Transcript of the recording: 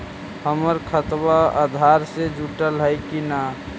हमर खतबा अधार से जुटल हई कि न?